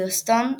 יוסטון,